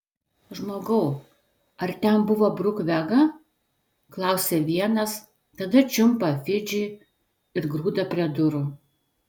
žmogau ar ten buvo bruk vega klausia vienas tada čiumpa fidžį ir grūda prie durų